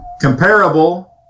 Comparable